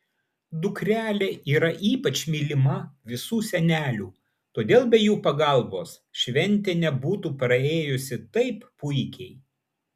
dukrelė yra ypač mylima visų senelių todėl be jų pagalbos šventė nebūtų praėjusi taip puikiai